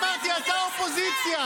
אמרתי שאתה אופוזיציה.